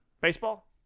baseball